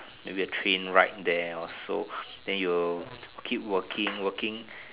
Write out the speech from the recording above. maybe a train ride there or so then you will keep working working